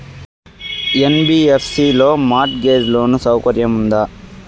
NBFC లో mortgage loan సౌకర్యం ఉందా?